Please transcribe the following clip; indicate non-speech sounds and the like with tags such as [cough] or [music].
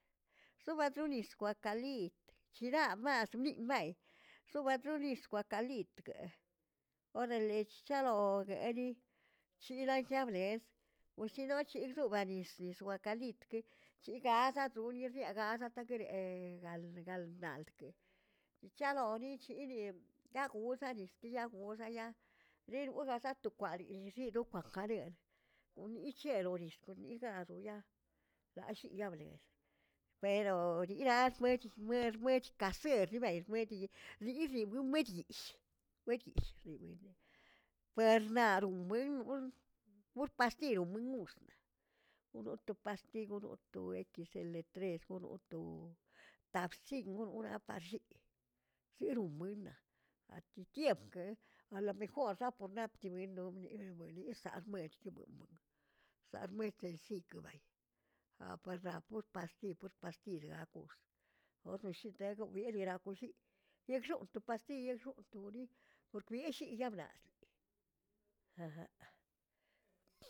Zubadonis kwakalit chira's baꞌa min bay, zubadonis kwakalitgə oarale shalogueꞌli, chirayableꞌs wasino chilzoꞌganis nis wakalitgui chigazaꞌ doꞌrni chiagaza rtakariꞌ galdꞌ gald naldkə chaꞌloni chiniꞌ ka gozeꞌ nisni ka gozaꞌ yaꞌ nirgozaꞌ zoa to kwari xizii to kwajarereꞌ kon nic̱hero nis, kon nizagadoꞌ yaa, llii yaa bleej pero niraz mechi merch- merch kaseer libay rmedi riꞌriromedish, weꞌdishriweya pernaru wenonr pur pastiro wenux̱ꞌnaa wro'o to pastiy wroꞌo to equis ele tres wroꞌo to taꞌabsin wroꞌraꞌ par xiꞌ, siron buennaꞌ atitiempkeꞌe a la mejor xapoꞌ naptmioꞌ menoꞌ wenomeno msaꞌ rmech tewenmaꞌ, saꞌrmeteꞌ siꞌk abay naꞌ par naa pur pastiy pur pastiy laꞌakus, ornoꞌshitezoꞌ bil weran kushiꞌ yegꞌxoꞌnꞌ to pastiyegꞌxoꞌ toli, pork bieshiꞌi yaablaꞌllꞌliꞌ. [hesitation]